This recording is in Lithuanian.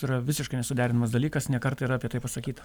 tai yra visiškai nesuderinamas dalykas ne kartą yra apie tai pasakyta